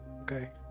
Okay